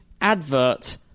advert